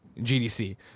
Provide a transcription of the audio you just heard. GDC